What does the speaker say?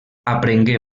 aprengué